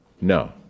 No